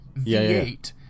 V8